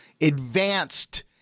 advanced